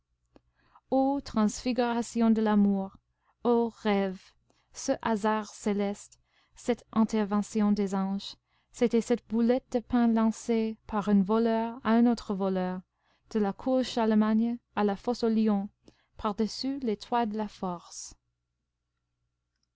ô transfigurations de l'amour ô rêves ce hasard céleste cette intervention des anges c'était cette boulette de pain lancée par un voleur à un autre voleur de la cour charlemagne à la fosse aux lions par-dessus les toits de la force